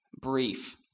Brief